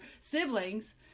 siblings